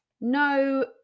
no